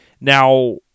Now